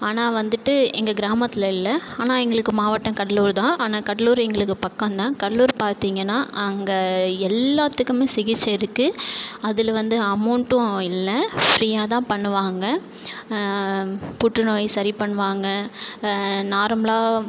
ஆனால் வந்துட்டு எங்கள் கிராமத்தில் இல்லை ஆனால் எங்களுக்கு மாவட்டம் கடலூர் தான் ஆனால் கடலூர் எங்களுக்கு பக்கந்தான் கடலூர் பார்த்தீங்கன்னா அங்கே எல்லாத்துக்குமே சிகிச்சை இருக்குது அதில் வந்து அமௌன்ட்டும் இல்லை ஃப்ரீயா தான் பண்ணுவாங்க புற்றுநோய் சரி பண்ணுவாங்க நார்மலாக